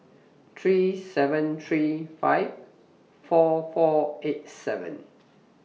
three seven three five four four eight seven